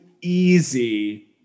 easy